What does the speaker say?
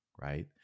right